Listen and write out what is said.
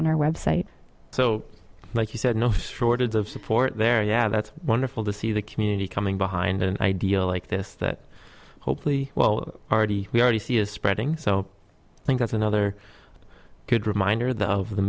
our website so like you said no shortage of support there yeah that's wonderful to see the community coming behind an idea like this that hopefully will already we already see is spreading so i think that's another good reminder the of the